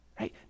right